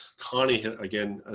connie. again, ah